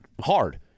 hard